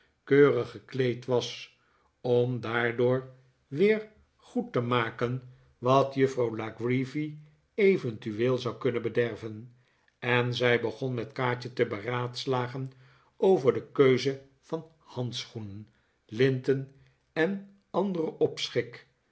keurig gekleed was om daardoor weer goed te maken wat juffrouw la creevy eventueel zou kunnen bederven en zij begon met kaatje te beraadslagen over de keuze van handschoenen linten en anderen